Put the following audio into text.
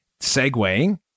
segueing